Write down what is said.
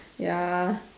ya